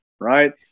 right